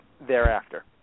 thereafter